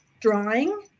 drawing